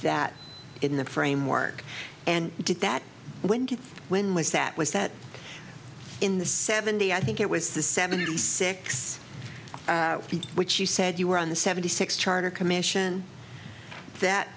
that in the framework and did that when did when was that was that in the seventy i think it was the seventy six feet which you said you were on the seventy six charter commission that